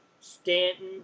Stanton